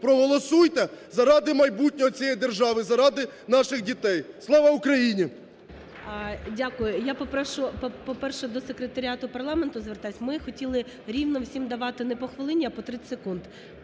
Проголосуйте заради майбутнього цієї держави, заради наших дітей. Слава Україні! ГОЛОВУЮЧИЙ. Дякую. Я попрошу, по-перше, до секретаріату парламенту звертаюсь, ми хотіли рівно всім давати не по хвилині, а по 30 секунд,